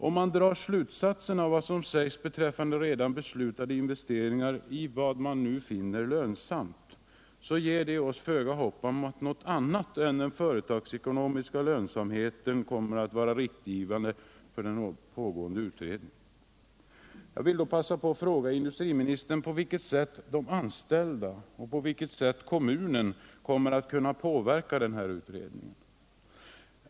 Om vi drar slutsatser av vad som sägs beträffande redan beslutade investeringar ”i vad man nu finner lönsamt”, ger det oss föga hopp om något annat än att den företagsekonomiska lönsamheten kommer all vara riktlinjen för den nu pågående utredningen. Jag vill passa på att fråga industriministern på vilket sätt de anställda och kommunen kommer att kunna påverka den här utredningen.